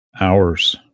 hours